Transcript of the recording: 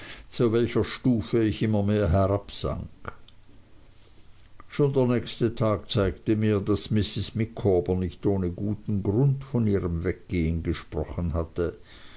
zu welcher stufe ich immer mehr herabsank schon der nächste tag zeigte mir daß mrs micawber nicht ohne guten grund von ihrem weggehen gesprochen hatte